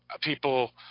people –